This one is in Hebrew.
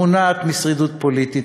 המונעת משרידות פוליטית,